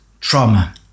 trauma